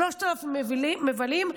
3,000 מבלים,